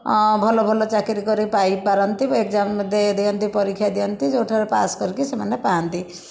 ଅ ଭଲ ଭଲ ଚାକିରୀ କରି ପାଇପାରନ୍ତି ଏକ୍ସାମ୍ ଦେ ଦିଅନ୍ତି ପରୀକ୍ଷା ଦିଅନ୍ତି ଯେଉଁଠାରେ ପାସ୍ କରିକି ସେମାନେ ପାଆନ୍ତି